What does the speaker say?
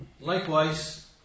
Likewise